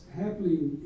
happening